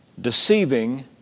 deceiving